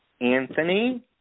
Anthony